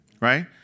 right